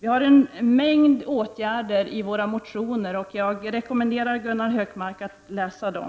Vi har en mängd förslag till åtgärder i våra motioner, och jag rekommenderar Gunnar Hökmark att läsa dem.